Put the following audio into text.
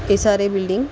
केसारे building